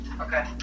Okay